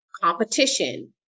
competition